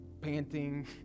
panting